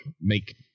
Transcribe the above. make